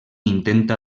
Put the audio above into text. intenta